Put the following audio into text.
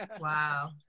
Wow